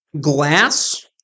glass